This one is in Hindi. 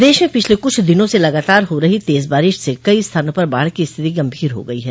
प्रदेश में पिछले कुछ दिनों से लगातार हो रही तेज बारिश से कई स्थानों पर बाढ़ की स्थिति गंभीर हो गई है